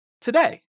today